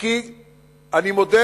כי אני מודה,